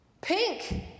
Pink